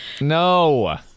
No